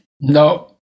No